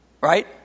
right